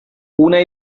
una